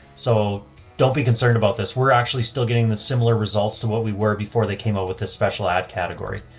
so don't be concerned about this. we're actually still getting the similar results to what we were before they came up with this special ad category.